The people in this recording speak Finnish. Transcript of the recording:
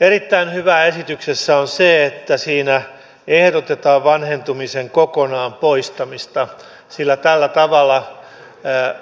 erittäin hyvää esityksessä on se että siinä ehdotetaan vanhentumisen kokonaan poistamista sillä tällä tavalla